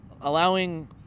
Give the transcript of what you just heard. allowing